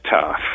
tough